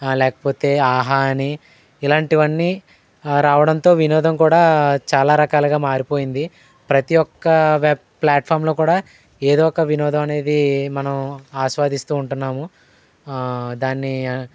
లేకపోతే ఆహా అని ఇలాంటివన్నీ రావడంతో వినోదం కూడా చాలా రకాలుగా మారిపోయింది ప్రతి ఒక్క వెబ్ ప్లాట్ఫామ్లో కూడా ఏదో ఒక వినోదం అనేది మనం ఆస్వాదిస్తూ ఉంటున్నాము దాన్ని